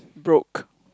broke